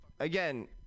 Again